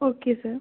okay sir